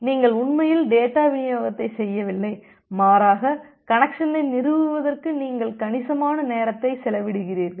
நீங்கள் உண்மையில் டேட்டா விநியோகத்தை செய்யவில்லை மாறாக கனெக்சனை நிறுவுவதற்கு நீங்கள் கணிசமான நேரத்தை செலவிடுகிறீர்கள்